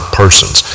persons